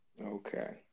Okay